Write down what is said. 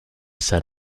said